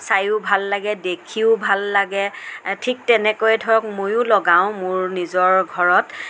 চাইও ভাল লাগে দেখিও ভাল লাগে ঠিক তেনেকৈ ধৰক মইও লগাওঁ মোৰ নিজৰ ঘৰত